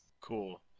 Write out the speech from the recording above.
Cool